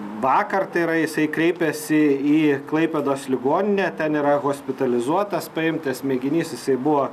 vakar tai yra jisai kreipėsi į klaipėdos ligoninę ten yra hospitalizuotas paimtas mėginys jisai buvo